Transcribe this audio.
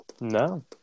No